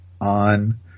on